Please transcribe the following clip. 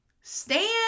stand